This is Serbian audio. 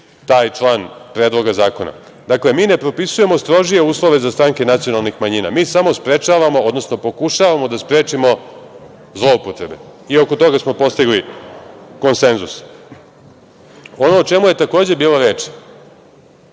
taj član Predloga zakona. Dakle, mi ne propisujemo strožije uslove za stranke nacionalnih manjina. Mi smo sprečavamo, odnosno pokušavamo da sprečimo zloupotrebe. I oko toga smo postigli konsenzus. Ono o čemu je takođe bilo reči